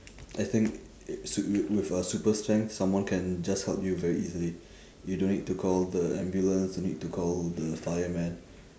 I think s~ wi~ wi~ with uh super strength someone can just help you very easily you don't need to call the ambulance don't need to call the firemen